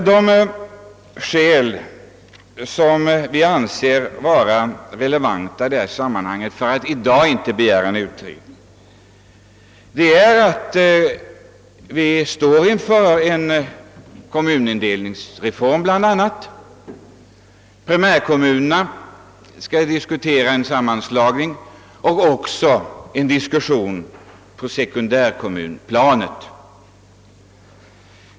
De skäl som vi anser vara relevanta för att i dag inte begära en utredning är bl.a. att det förestår en kommunindelningsreform. Primärkommunerna skall diskutera en sammanslagning, och det blir även en sådan diskussion på sekundärkommunplanet.